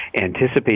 anticipate